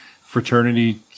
fraternity